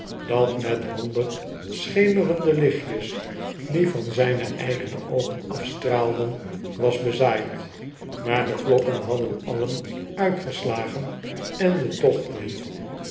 dat met honderd schemerende lichtjes die van zgne eigene oogen afstraalden was bezaaid maar de klokken hadden alien uitgeslagen en de